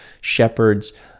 shepherds